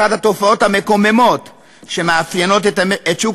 אחת התופעות המקוממות שמאפיינות את שוק